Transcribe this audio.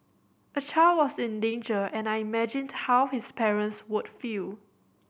a child was in danger and I imagined how his parents would feel